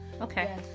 Okay